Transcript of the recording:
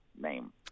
name